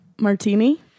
Martini